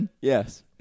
Yes